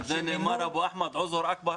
על זה נאמר, אבו-אחמד, (מדבר בשפה הערבית)